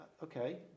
Okay